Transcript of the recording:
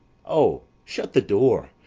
o, shut the door!